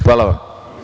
Hvala vam.